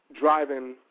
driving